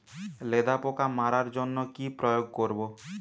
লেদা পোকা মারার জন্য কি প্রয়োগ করব?